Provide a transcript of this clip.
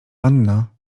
anna